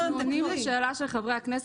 אנחנו עונים לשאלה של חברי הכנסת.